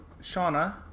Shauna